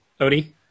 Odie